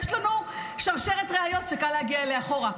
יש לנו שרשרת ראיות שקל להגיע אליה אחורה.